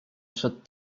przed